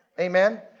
amen?